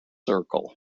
circle